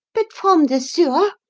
but from the sewer?